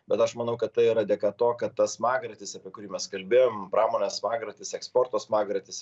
bet aš manau kad tai yra dėka to kad tas smagratis apie kurį mes kalbėjom pramonės smagratis eksporto smagratis